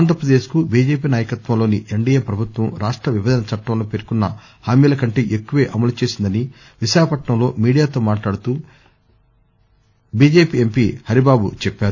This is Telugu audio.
ఆంధ్రప్రదేశ్ కు బిజెపి నాయకత్వంలోని ఎన్డీఏ ప్రభుత్వం రాష్ట విభజన చట్టంలో పేర్కొన్న హామీలకంటే ఎక్కువే అమలు చేసిందని విశాఖపట్నంలో మీడియాతో మాట్లాడుతూ బిజెపి ఎంపీ హరిబాబు చెప్పారు